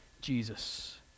Jesus